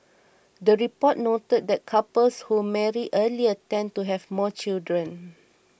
the report noted that couples who marry earlier tend to have more children